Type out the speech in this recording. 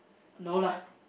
no lah